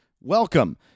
Welcome